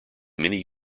many